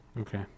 okay